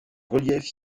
reliefs